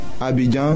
Abidjan